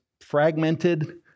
fragmented